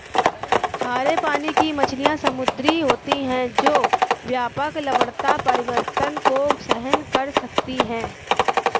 खारे पानी की मछलियाँ समुद्री होती हैं जो व्यापक लवणता परिवर्तन को सहन कर सकती हैं